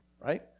right